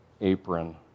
apron